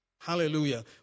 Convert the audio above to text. hallelujah